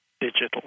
digital